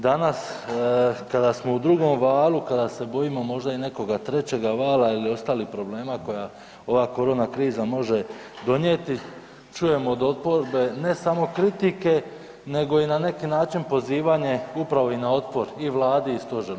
Danas kada smo u drugom valu kada se bojimo možda i nekog trećega vala ili ostalih problema koja ova korona kriza može donijeti, čujemo od oporbe ne samo kritike nego i na neki način pozivanje upravo i na otpor i Vladi i stožeru.